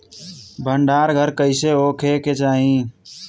भंडार घर कईसे होखे के चाही?